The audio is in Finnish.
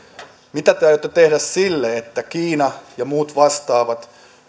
mitä te aiotte tehdä sille että kiina ja muut vastaavat